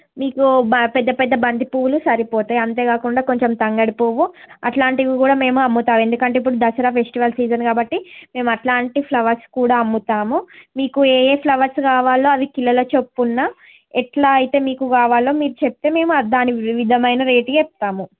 మీకు పెద్ద పెద్ద బంతిపూలు సరిపోతాయి అంతేకాకుండా కొంచెం తంగిడి పువ్వు అట్లాంటివి కూడా మేము అమ్ముతాము ఎందుకంటే ఇప్పుడు దసరా ఫెస్టివల్ సీసన్ కాబట్టి మేము అట్లాంటి ఫ్లవర్స్ కూడా అమ్ముతాము మీకు ఏ ఏ ఫ్లవర్స్ కావాలో కిలోల చొప్పున్న ఎట్లా అయితే మీకు కావాలో మీరు చెపితే దాని విధివిదమైన రేటు చెప్తాము